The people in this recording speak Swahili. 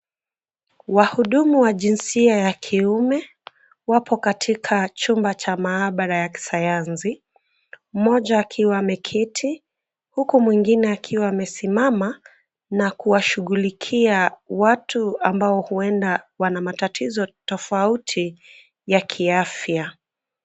Wahudumu wa jinsia ya kiume wapo katika chumba cha maabara wa Kisayansi, mmoja akiwa ameketi huku mwingine akiwa amesimama na kuwashughulikia watu ambao huenda wana matatizo tofauti ya kiafya.